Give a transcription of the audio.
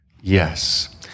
yes